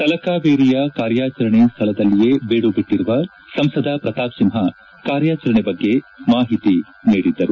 ತಲಕಾವೇರಿಯ ಕಾರ್ಯಾಚರಣೆ ಸ್ಥಳದಲ್ಲಿಯೇ ಬೀಡುಬಿಟ್ಟರುವ ಸಂಸದ ಶ್ರತಾಪ್ ಸಿಂಹ ಕಾರ್ಯಾಚರಣೆ ಬಗ್ಗೆ ಮಾಹಿತಿ ನೀಡಿದರು